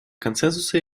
консенсуса